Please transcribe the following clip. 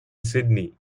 sydney